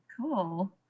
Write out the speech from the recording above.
cool